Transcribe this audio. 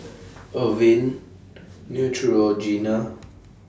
Avene Neutrogena